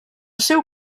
seu